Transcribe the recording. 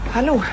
Hallo